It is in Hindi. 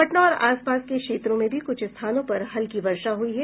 पटना और आसपास के क्षेत्रों में भी कुछ स्थानों पर हल्की वर्षा हुई है